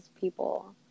people